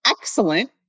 excellent